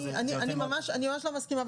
אני ממש לא מסכימה,